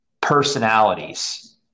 personalities